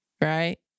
right